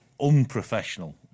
unprofessional